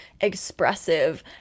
expressive